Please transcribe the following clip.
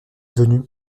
venu